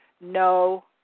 No